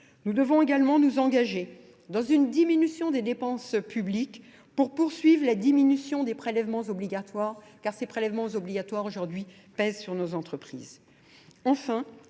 Nous devons également nous engager dans une diminution des dépenses publiques pour poursuivre la diminution des prélèvements obligatoires, car ces prélèvements obligatoires aujourd'hui pèsent sur nos entreprises.